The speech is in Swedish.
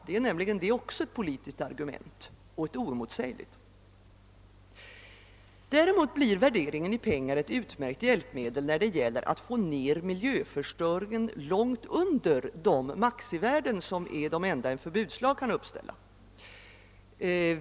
Det är nämligen det också ett politiskt argument — och ett oemotsägligt. Däremot blir värdering i pengar ett utomordentligt hjälpmedel när det gäller att få ned miljöförstöringen långt under de maxivärden som är de enda en förbudslag kan uppställa.